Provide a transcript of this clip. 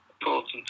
important